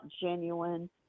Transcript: genuine